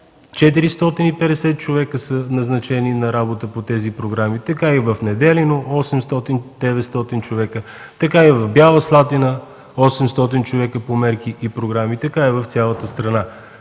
450 човека са назначени на работа по тези програми. Така е и в Неделино – 800-900 човека. Така е и в Бяла Слатина – 800 човека по мерки и програми, така е в цялата страна.